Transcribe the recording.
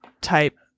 type